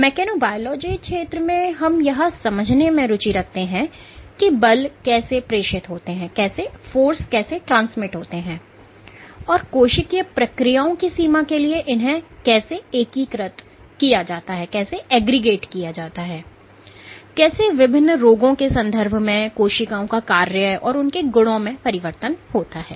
mechanobiology क्षेत्र में हम यह समझने में रुचि रखते हैं कि बल कैसे प्रेषित होते हैं और कोशिकीय प्रक्रियाओं की सीमा के लिए इन्हें कैसे एकीकृत किया जाता हैकैसे विभिन्न रोगों के संदर्भ में कोशिकाओं का कार्य और उनके गुणों में परिवर्तन होता है